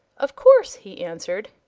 of course, he answered.